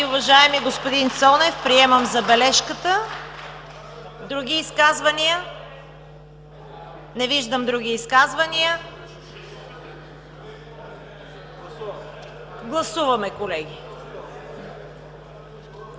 уважаеми господин Цонев. Приемам забележката. Други изказвания. Не виждам други изказвания. Гласуваме, колеги.